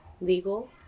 legal